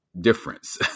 difference